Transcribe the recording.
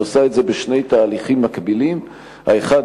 היא עושה את זה בשני תהליכים מקבילים: האחד,